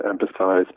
emphasize